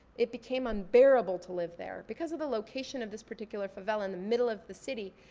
it became unbearable to live there. because of the location of this particular favela in the middle of the city,